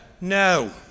no